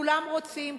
כולם רוצים,